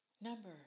number